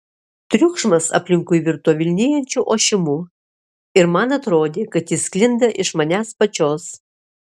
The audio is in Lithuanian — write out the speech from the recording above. triukšmas aplinkui virto vilnijančiu ošimu ir man atrodė kad jis sklinda iš manęs pačios